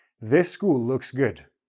this school looks good,